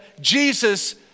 Jesus